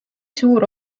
suur